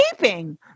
keeping